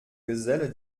geselle